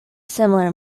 similar